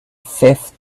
fifth